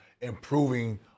improving